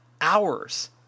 hours